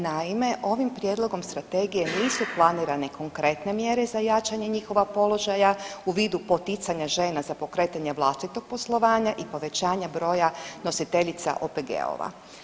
Naime, ovim prijedlogom strategije nisu planirane konkretne mjere za jačanje njihova položaja u vidu poticanja žena za pokretanje vlastitog poslovanja i povećanja broja nositeljica OPG-ova.